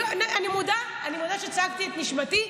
אני מודה שצעקתי את נשמתי.